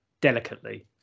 delicately